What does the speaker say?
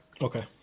Okay